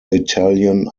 italian